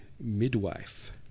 midwife